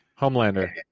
Homelander